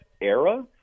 era